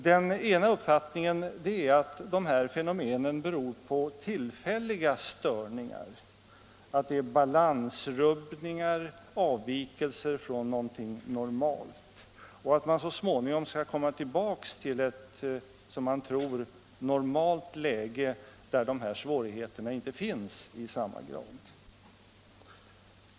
Den ena uppfattningen är att dessa fenomen beror på tillfälliga störningar, att det är balansrubbningar — avvikelser från någonting normalt - och att man så småningom skall komma tillbaka till ett som man tror normalt läge, där dessa svårigheter inte finns i samma grad.